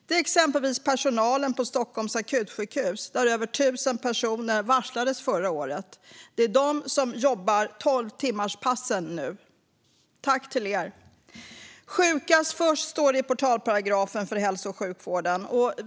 Det är exempelvis personalen på Stockholms akutsjukhus, där över 1 000 personer varslades förra året. Det är de som jobbar tolvtimmarspassen nu. Tack till er! Sjukast först, står det i portalparagrafen för hälso och sjukvården.